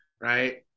right